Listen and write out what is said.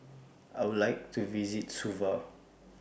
I Would like to visit Suva